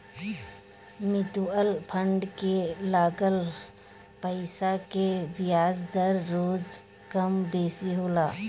mutual fund के लागल पईसा के बियाज दर रोज कम बेसी होला